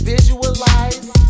Visualize